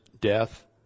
death